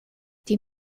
die